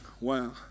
Wow